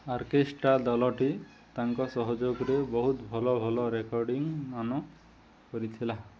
orchestra ଦଲଟି ତାଙ୍କ ସହଯୋଗରେ ବହୁତ ଭଲ ଭଲ ରେକର୍ଡିଂ ମାନ କରିଥିଲା